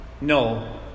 no